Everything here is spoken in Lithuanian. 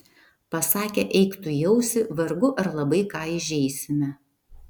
pasakę eik tu į ausį vargu ar labai ką įžeisime